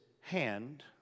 hand